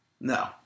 No